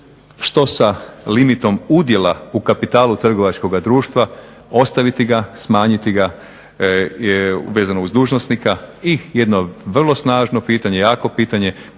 što sa limitom udjela u kapitalu trgovačkoga društva ostaviti ga, smanjiti ga vezano uz dužnosnika i jedno vrlo snažno pitanje, jako pitanje